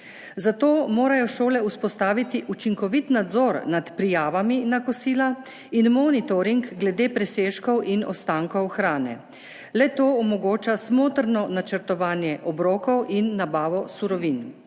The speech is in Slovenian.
Zato morajo šole vzpostaviti učinkovit nadzor nad prijavami na kosila in monitoring glede presežkov in ostankov hrane. Le to omogoča smotrno načrtovanje obrokov in nabavo surovin.